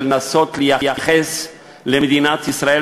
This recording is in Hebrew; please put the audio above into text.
של לנסות לייחס למדינת ישראל,